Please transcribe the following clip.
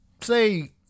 say